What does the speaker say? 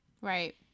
Right